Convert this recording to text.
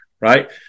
right